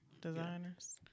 designers